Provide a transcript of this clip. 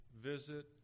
visit